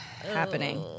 happening